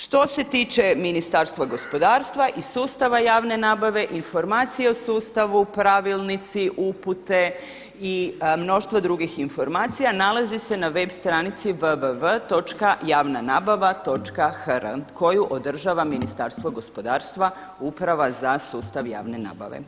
Što se tiče Ministarstva gospodarstva i sustava javne nabave, informacije u sustavu pravilnici, upute i mnoštvo drugih informacija nalaze se na web stranici www.javnanabava.hr koju održava Ministarstvo gospodarstva, Uprava za sustav javne nabave.